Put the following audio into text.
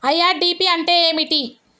IRDP అంటే ఏమిటి?